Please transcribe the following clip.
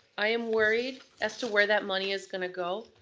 i am worried as to where that money is gonna go.